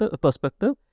perspective